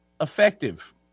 effective